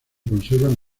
conservan